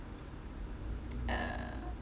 uh